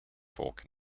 fork